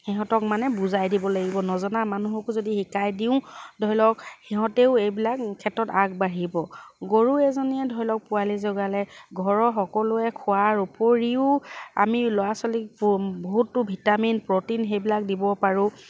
সিহঁতক মানে বুজাই দিব লাগিব নজনা মানুহকো যদি শিকাই দিওঁ ধৰি লওক সিহঁতেও এইবিলাক ক্ষেত্ৰত আগবাঢ়িব গৰু এজনীয়ে ধৰি লওক পোৱালি জগালে ঘৰৰ সকলোৱে খোৱাৰ উপৰিও আমি ল'ৰা ছোৱালীক ব বহুতো ভিটামিন প্ৰ'টিন সেইবিলাক দিব পাৰো